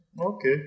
Okay